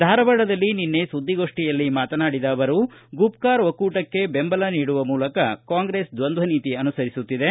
ಧಾರವಾಡದಲ್ಲಿ ನಿನ್ನೆ ಸುದ್ದಿಗೋಷ್ಠಿಯಲ್ಲಿ ಮಾತನಾಡಿದ ಅವರು ಗುಪ್ಕಾರ್ ಒಕ್ಕೂಟಕ್ಕೆ ಬೆಂಬಲ ನೀಡುವ ಮೂಲಕ ಕಾಂಗ್ರೆಸ್ ದ್ವಂದ್ವ ನೀತಿ ಅನುಸರಿಸುತ್ತಿದೆ